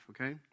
okay